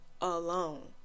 alone